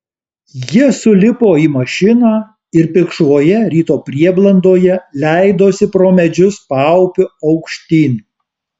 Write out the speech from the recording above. jie sulipo į mašiną ir pilkšvoje ryto prieblandoje leidosi pro medžius paupiu aukštyn